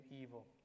evil